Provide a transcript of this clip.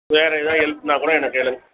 வேறு எதாவது ஹெல்ப்னாகூட என்ன கேளுங்கள்